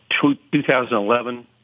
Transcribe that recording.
2011